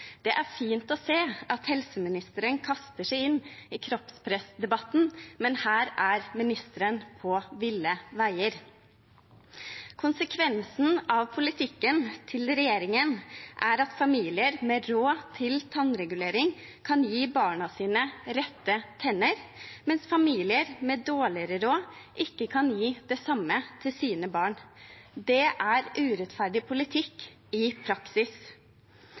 Det er fint å se at helseministeren kaster seg inn i kroppspress-debatten, men her er ministeren på ville veier. Konsekvensen av politikken til regjeringen er at familier med råd til tannregulering kan gi barna sine rette tenner, mens familier med dårligere råd ikke kan gi det samme til sine barn. Det er urettferdig politikk i praksis.